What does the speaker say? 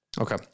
Okay